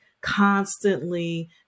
constantly